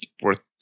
worth